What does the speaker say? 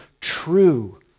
true